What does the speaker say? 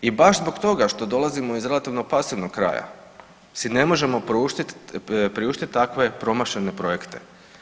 I baš zbog toga što dolazimo iz relativno pasivnog kraja si ne možemo priuštiti takve promašene projekte.